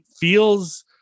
feels